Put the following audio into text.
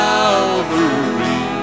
Calvary